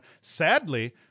Sadly